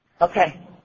Okay